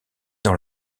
dans